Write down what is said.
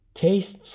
tastes